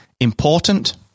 important